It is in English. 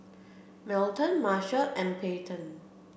Melton Marshal and Peyton